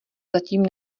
zatím